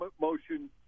motion